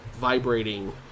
vibrating